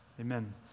Amen